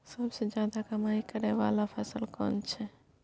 सबसे ज्यादा कमाई करै वाला फसल कोन छै?